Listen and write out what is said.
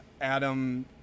Adam